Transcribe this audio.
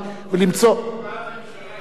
שתקבע הממשלה שלנו.